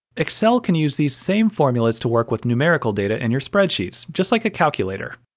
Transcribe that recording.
excel can use these same formulas to work with numerical data in your spreadsheets, just like a calculator.